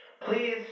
Please